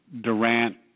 Durant